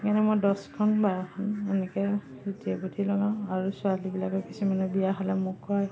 সেইকাৰণে মই দছখন বাৰখন এনেকে যুটীয়ে প্ৰতি লগাওঁ আৰু ছোৱালীবিলাকে কিছুমানে বিয়া হ'লে মোক কয়